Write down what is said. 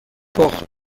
port